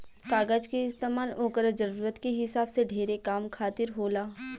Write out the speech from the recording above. कागज के इस्तमाल ओकरा जरूरत के हिसाब से ढेरे काम खातिर होला